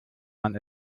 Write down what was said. man